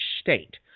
state